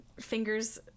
fingers